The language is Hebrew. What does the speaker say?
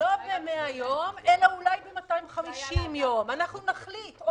לא ב-100 יום, אלא אולי ב-250 יום, אנחנו נחליט.